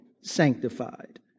sanctified